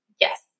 Yes